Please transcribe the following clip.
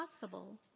possible